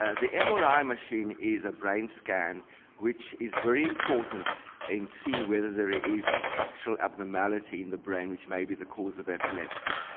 ah the and mri ah machine is a brain scan which is very important in seeing whether there is a structural abnormality in the brain which may be the cause of epilepsy.